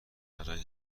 برای